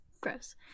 Gross